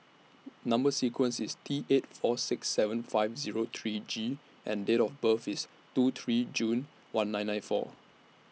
Number sequence IS T eight four six seven five Zero three G and Date of birth IS two three June one nine nine four